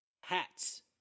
Hats